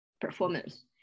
performance